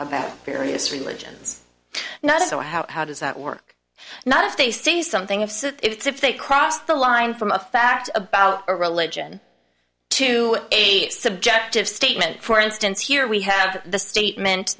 about various religions not so how how does that work not if they say something i've said if it's if they cross the line from a fact about a religion to a subjective statement for instance here we have the statement